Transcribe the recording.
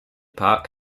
park